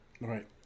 Right